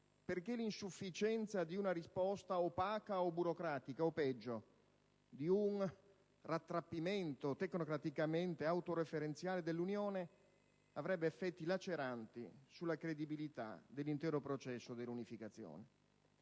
perché l'insufficienza di una risposta opaca o burocratica - o, peggio, di un rattrappimento tecnocraticamente autoreferenziale - dell'Unione avrebbe effetti laceranti sulla credibilità dell'intero processo dell'unificazione.